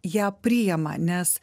ją priima nes